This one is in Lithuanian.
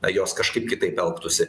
jos kažkaip kitaip elgtųsi